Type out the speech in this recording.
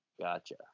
Gotcha